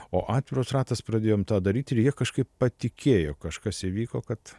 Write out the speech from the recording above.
o atviras ratas pradėjom to daryt ir jie kažkaip patikėjo kažkas įvyko kad